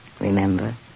Remember